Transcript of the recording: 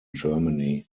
germany